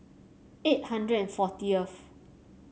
eight hundred and fortieth